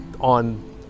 on